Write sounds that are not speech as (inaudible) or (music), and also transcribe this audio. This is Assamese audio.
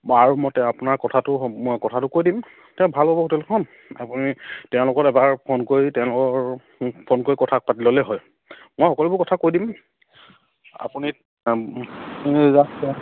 আৰু মই (unintelligible) আপোনাৰ কথাটো মই কথাটো কৈ দিম (unintelligible) ভাল হ'ব হোটেলখন আপুনি তেওঁলোকত এবাৰ ফোন কৰি তেওঁলোকৰ ফোন কৰি কথা পাতি ল'লে হয় মই সকলোবোৰ কথা কৈ দিম আপুনি